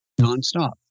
nonstop